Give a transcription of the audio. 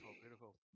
beautiful